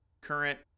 current